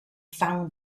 found